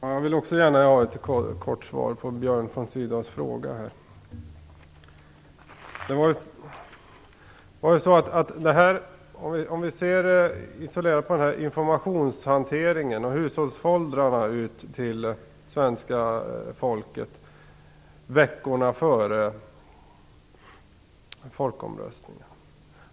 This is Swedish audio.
Herr talman! Jag vill gärna ge ett kort svar på Björn von Sydows fråga här. Vi kan isolerat se till informationshanteringen och de hushållsfoldrar som gick ut till svenska folket veckorna före folkomröstningen.